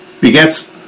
begets